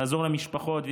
לעזור למשפחות,